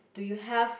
do you have